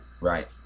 Right